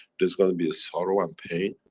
there's gonna be a sorrow and pain?